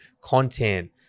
content